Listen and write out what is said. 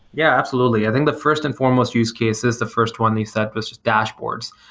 yeah, absolutely. i think the first and foremost use cases, the first one they set was was dashboards,